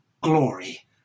glory